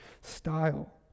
style